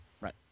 Right